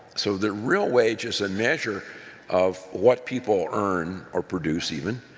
so the real wage is a measure of what people earn or produce, even,